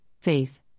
faith